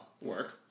work